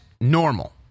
normal